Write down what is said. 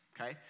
okay